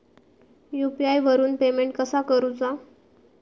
UPI वरून payment कसा करूचा?